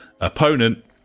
opponent